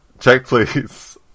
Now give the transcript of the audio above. CheckPlease